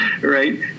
right